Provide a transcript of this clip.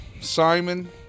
Simon